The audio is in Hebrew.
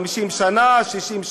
50 למדינת ישראל", "ישראל 60",